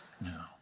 No